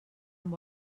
amb